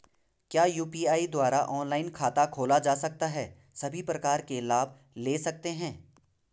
क्या यु.पी.आई द्वारा ऑनलाइन खाता खोला जा सकता है सभी प्रकार के लाभ ले सकते हैं?